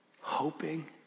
hoping